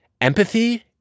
Empathy